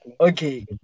Okay